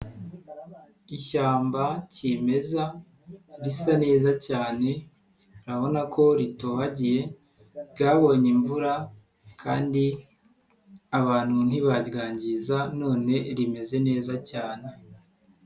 Ishyamba kimeza risa neza cyane, urabona ko ritobagiye ryabonye imvura kandi abantu ntibaryangiza none rimeze neza cyane.